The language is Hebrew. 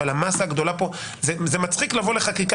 אבל המסה הגדולה פה זה מצחיק לבוא לחקיקה